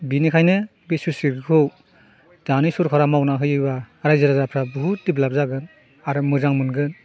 बिनिखायनो बे स्लुइस गेटखौ दानि सरखारा मावना होयोब्ला रायजो राजाफ्रा बुहुद डेभेलप जागोन आरो मोजां मोनगोन